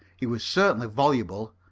he was certainly voluble,